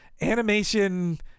animation